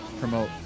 promote